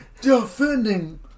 defending